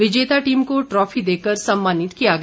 विजेता टीम को ट्रॉफी देकर सम्मानित किया गया